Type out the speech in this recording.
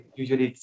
usually